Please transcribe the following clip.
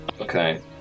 Okay